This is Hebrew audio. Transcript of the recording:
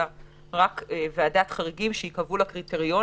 אלא רק על ידי ועדת חריגים שייקבעו לה קריטריונים.